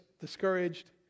discouraged